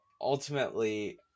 ultimately